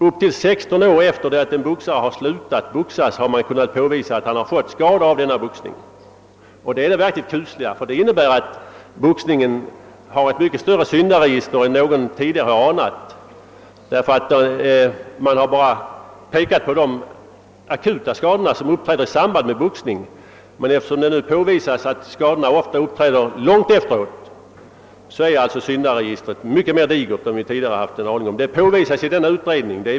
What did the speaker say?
Upp till 16 år efter det att en boxare har slutat boxas har man kunnat konstatera, att han fått skador av boxningen. Detta är det verkligt kusliga, ty det innebär att boxningen har ett mycket större syndaregister än någon tidigare kunnat ana. Förut har man bara fäst sig vid de akuta skador som uppträder i samband med boxning. Eftersom det nu kan bevisas att skadorna ofta uppträder långt efteråt är alltså syndaregistret mycket digrare än vi anat. Detta har alltså konstaterats av utredningen.